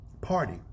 party